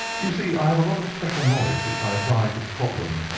you see i have a lot of special knowledge which i apply to the problem,